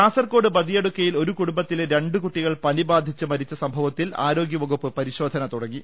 കാസർകോട് ബദിയടുക്കയിൽ ഒരു കുടുംബത്തിലെ രണ്ടു കുട്ടി കൾ പനി ബാധിച്ച് മരിച്ച സംഭവത്തിൽ ആരോഗ്യ വകുപ്പ് പരി ശോധന തുടങ്ങി